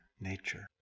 nature